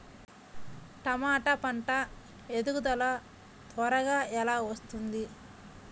టమాట పంట ఎదుగుదల త్వరగా ఎలా వస్తుంది?